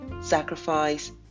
sacrifice